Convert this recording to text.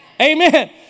Amen